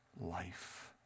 life